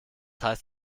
heißt